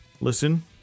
Listen